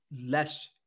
less